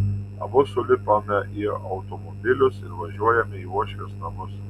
abu sulipame į automobilius ir važiuojame į uošvės namus